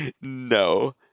No